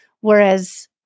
Whereas